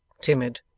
timid